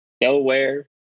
Delaware